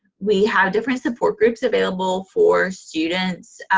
we have different support groups available for students.